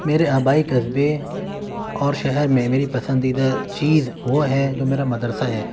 میرے آبائی قصبے اور شہر میں میری پسندیدہ چیز وہ ہے جو میرا مدرسہ ہے